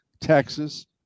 Texas